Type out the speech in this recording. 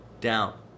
down